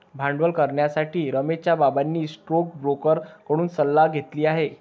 भांडवल करण्यासाठी रमेशच्या बाबांनी स्टोकब्रोकर कडून सल्ला घेतली आहे